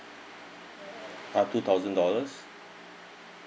ah two thousand dollars